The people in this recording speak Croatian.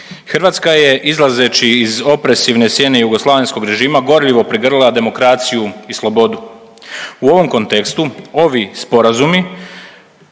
Hrvatska je izlazeći iz opresivne sjene jugoslavenskog režima gorljivo prigrlila demokraciju i slobodu. U ovom kontekstu ovi sporazumi